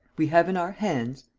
we have in our hands.